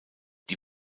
die